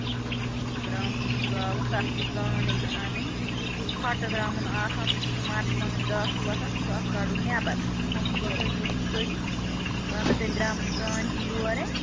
درمُن چھُ لاگُن تَتھ چھُ کانٕج اَنٕنۍ سُہ چھُ سُہ ژھۅٹہٕ درمُن آسان سُہ چھُ سُہ مَرژٕوانٛگَن گاسہٕ ہیٛوٗ آسان سُہ چھُ اَتھ کَڈُن نیٚبر سُہ چھُ تھَوُن تُہۍ تھٲوِزیٚو سُہ کٔڈِتھ بہٕ اَنہو تۅہہِ درمٔن کانجہِ یورَے